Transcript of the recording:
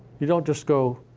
you don't just go,